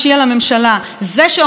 זה שעומד בראש המערכת,